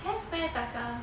have meh taka